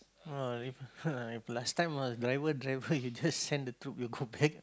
ah if ah if last time ah driver driver he just send the troop will go back